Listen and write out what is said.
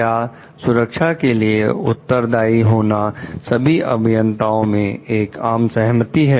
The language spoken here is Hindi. क्या सुरक्षा के लिए उत्तरदाई होना सभी अभियंताओं में एक आम सहमति है